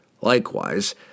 Likewise